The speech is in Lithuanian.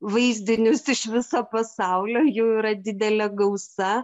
vaizdinius iš viso pasaulio jų yra didelė gausa